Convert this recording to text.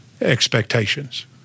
expectations